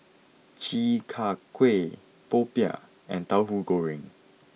Chi Kak Kuih Popiah and Tauhu Goreng